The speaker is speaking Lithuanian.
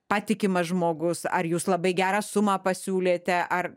patikimas žmogus ar jūs labai gerą sumą pasiūlėte ar